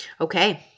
okay